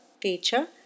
teacher